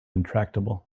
intractable